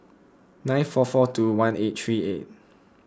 nine four four two one eight three eight